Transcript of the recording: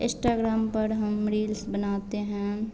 Instagram पर हम reels बनाते हैं